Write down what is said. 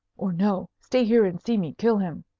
or no. stay here and see me kill him,